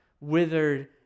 withered